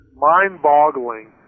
Mind-boggling